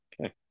Okay